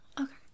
Okay